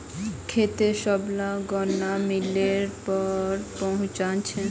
खेतेर सबला गन्ना मिलेर पर पहुंचना छ